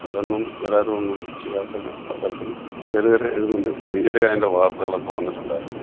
അതിലൊന്നും വേറെ ആരുമൊന്നും ചെയ്യാത്തതിന് പത്രത്തിൽ തെറിവരെ എഴുതുന്നുണ്ട് ഇപ്പോൾ ഈയിടെയായി അതിൻ്റെ വാർത്തകളൊക്കെ വന്നിട്ടുണ്ടായിരുന്നു